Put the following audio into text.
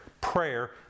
Prayer